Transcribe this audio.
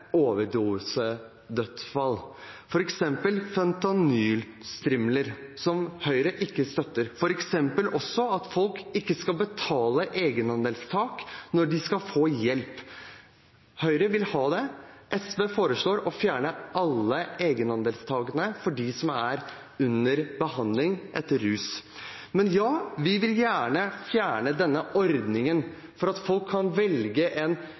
som Høyre ikke støtter, og at folk ikke skal betale egenandelstak når de skal få hjelp. Høyre vil ha det, SV foreslår å fjerne alle egenandelstakene for dem som er under behandling for rus. Vi vil gjerne fjerne denne ordningen med at folk kan velge en